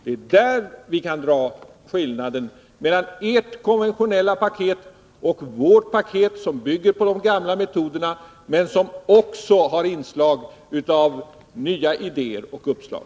Det är där vi kan dra skiljelinjen mellan ert konventionella paket och vårt paket, som bygger på de gamla metoderna men som också har inslag av nya idéer och uppslag.